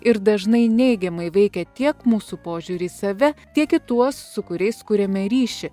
ir dažnai neigiamai veikia tiek mūsų požiūrį į save tiek į tuos su kuriais kuriame ryšį